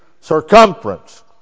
circumference